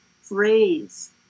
phrase